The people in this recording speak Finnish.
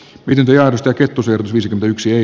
viljasta kerttu sakki sekä yksi ei